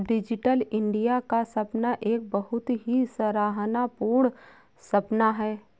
digital India का सपना एक बहुत ही सराहना पूर्ण सपना है